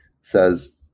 says